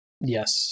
Yes